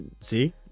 See